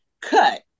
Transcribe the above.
cut